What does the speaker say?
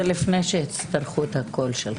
זה לפני שיצטרכו את הקול שלך.